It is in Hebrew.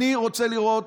אני רוצה לראות,